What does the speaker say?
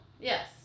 yes